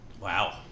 Wow